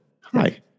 Hi